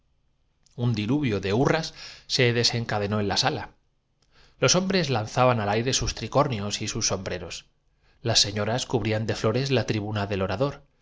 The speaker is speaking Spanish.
un diluvio de hurras se desencadenó en la sala los de delante huyen fuera del alcance de las picas los hombres lanzaban al aire sus tricornios y sus sombre grupos desaparecen y el parte libre de toda fuerza ros las señoras cubrían de flores la tribuna del orador